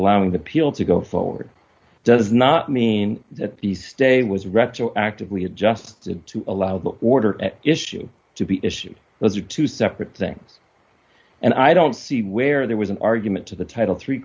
allowing the people to go forward does not mean that the stay was retroactively adjust to allow the order at issue to be issued those are two separate things and i don't see where there was an argument to the title three